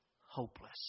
hopeless